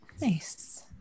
Nice